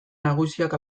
nagusiak